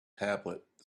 tablet